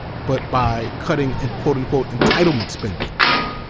but by cutting and quoteunquote entitlement spending.